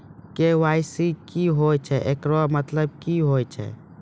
KYC की होय छै, एकरो मतलब की होय छै?